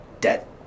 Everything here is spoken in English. debt